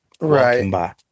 right